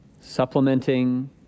supplementing